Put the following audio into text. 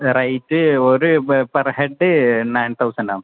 ആ റൈറ്റ് ഒര് per head nine തൗസൻഡാന്ന്